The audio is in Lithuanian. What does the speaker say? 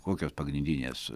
kokios pagrindinės